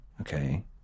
okay